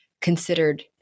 considered